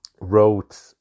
wrote